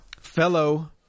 fellow